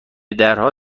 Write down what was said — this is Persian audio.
درها